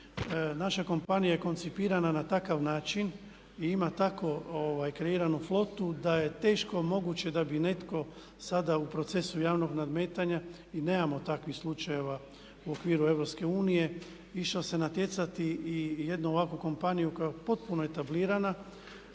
Naša kompanija je koncipirana na takav način i ima tako kreiranu flotu da je teško moguće da bi netko sada u procesu javnog nadmetanja i nemamo takvih slučajeva u okviru EU i što se natjecati i jednu ovakvu kompaniju koja je potpuno etablirana